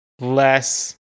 less